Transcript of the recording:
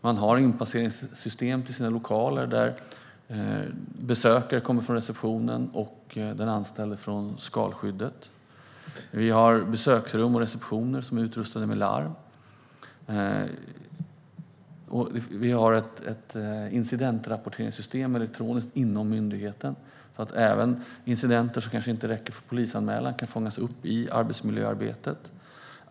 Man har inpasseringssystem till sina lokaler, där besökare kommer från receptionen och den anställde från skalskyddet. Man har besöksrum och receptioner som är utrustade med larm, och man har ett elektroniskt incidentrapporteringssystem inom myndigheten så att även incidenter som kanske inte räcker för polisanmälan kan fångas upp i arbetsmiljöarbetet.